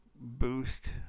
boost